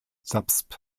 subsp